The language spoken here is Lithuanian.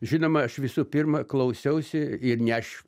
žinoma aš visų pirma klausiausi ir ne aš